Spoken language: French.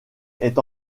est